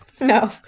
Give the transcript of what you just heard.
no